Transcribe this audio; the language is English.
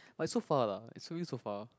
but it so far lah it's always so far